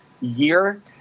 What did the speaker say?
year